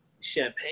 champagne